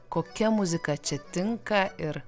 kokia muzika čia tinka ir